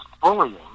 bullying